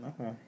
Okay